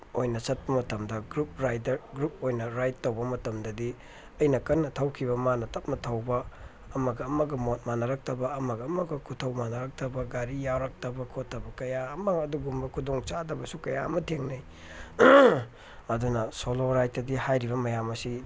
ꯑꯣꯏꯅ ꯆꯠꯄ ꯃꯇꯝꯗ ꯒ꯭ꯔꯨꯞ ꯔꯥꯏꯗꯔ ꯒ꯭ꯔꯨꯞ ꯑꯣꯏꯅ ꯔꯥꯏꯠ ꯇꯧꯕ ꯃꯇꯝꯗꯗꯤ ꯑꯩꯅ ꯀꯟꯅ ꯊꯧꯈꯤꯕ ꯃꯥꯅ ꯇꯞꯅ ꯊꯧꯕ ꯑꯃꯒ ꯑꯃꯒ ꯃꯣꯠ ꯃꯥꯅꯔꯛꯇꯕ ꯑꯃꯒ ꯑꯃꯒ ꯈꯨꯠꯊꯧ ꯃꯥꯟꯅꯔꯛꯇꯕ ꯒꯥꯔꯤ ꯌꯥꯔꯛꯇꯕ ꯈꯣꯠꯇꯕ ꯀꯌꯥ ꯑꯃ ꯑꯗꯨꯒꯨꯝꯕ ꯈꯨꯗꯣꯡ ꯆꯥꯗꯕꯁꯨ ꯀꯌꯥ ꯑꯃ ꯊꯦꯡꯅꯩ ꯑꯗꯨꯅ ꯁꯣꯂꯣ ꯔꯥꯏꯠꯇꯗꯤ ꯍꯥꯏꯔꯤꯕ ꯃꯌꯥꯝ ꯑꯁꯤ